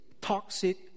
toxic